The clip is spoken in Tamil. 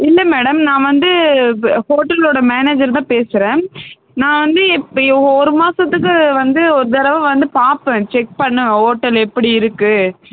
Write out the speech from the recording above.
இல்லை மேடம் நான் வந்து ஹோட்டளோட மேனேஜர் தான் பேசுகிறேன் நான் வந்து இப்போ ஒரு மாதத்துக்கு வந்து ஒர் தடவை வந்து பார்ப்பே செக் பண்ணுவேன் ஹோட்டல் எப்படி இருக்கு